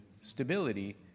stability